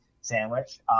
sandwich